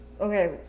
Okay